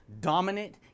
dominant